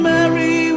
Mary